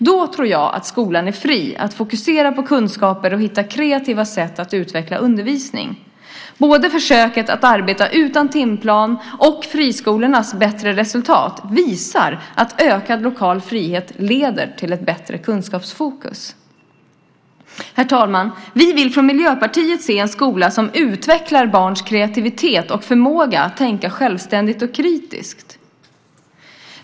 Då tror jag att skolan är fri att fokusera på kunskaper och hitta kreativa sätt att utveckla undervisning. Både försöket att arbeta utan timplan och friskolornas bättre resultat visar att ökad lokal frihet leder till ett bättre kunskapsfokus. Herr talman! Vi vill från Miljöpartiet se en skola som utvecklar barns kreativitet och förmåga att tänka självständigt och kritiskt.